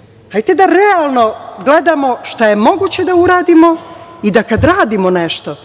dalje. Hajde da realno gledamo šta je moguće da uradimo i da kada radimo nešto